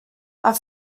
are